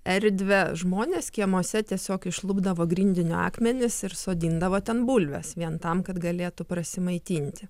erdvę žmonės kiemuose tiesiog išlupdavo grindinio akmenis ir sodindavo ten bulves vien tam kad galėtų prasimaitinti